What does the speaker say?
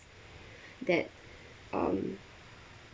that um